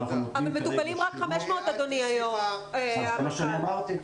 אבל מטופלים היום רק 500. זה מה שאמרתי.